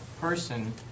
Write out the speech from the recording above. person